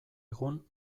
egun